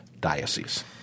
diocese